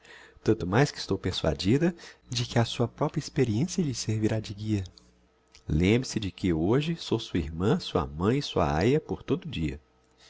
tanto mais que estou persuadida de que a sua propria experiencia lhe servirá de guia lembre-se de que hoje sou sua irmã sua mãe e sua aia por todo o dia